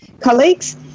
colleagues